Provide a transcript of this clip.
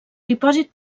dipòsit